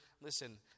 Listen